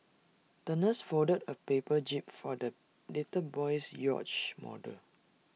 the nurse folded A paper jib for the little boy's yacht model